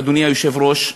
אדוני היושב-ראש,